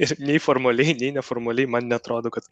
ir nei formaliai nei neformaliai man neatrodo kad